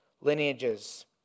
lineages